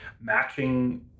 matching